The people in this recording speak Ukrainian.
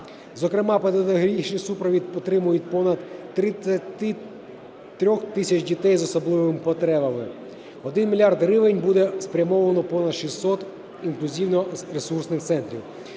зокрема педагогічний супровід отримають понад 33 тисячі дітей з особливими потребами. Один мільярд гривень буде спрямовано в понад 600 інклюзивно-ресурсних центрів.